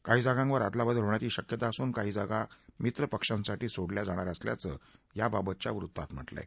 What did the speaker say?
काही जागांवर अदलाबदल होण्याची शक्यता असून काही जागा विवर मित्रपक्षांसाठी सोडल्या जाणार असल्याचं या बाबतच्या वृत्तात म्हटलं आहे